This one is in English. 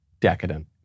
decadent